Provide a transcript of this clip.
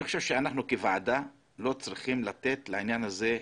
אנחנו כוועדה לא צריכים לתת לעניין הזה להימרח.